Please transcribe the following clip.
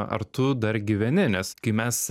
ar tu dar gyveni nes kai mes